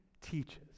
teaches